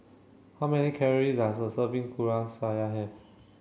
how many calorie does a serving Kuih Syara have